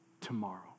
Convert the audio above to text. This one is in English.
tomorrow